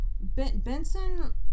Benson